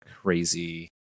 crazy